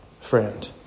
friend